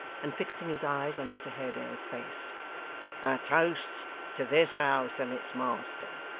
and fixing his eyes on mr haredale's face a toast to this house and its master